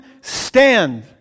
stand